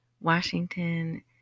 Washington